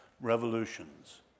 revolutions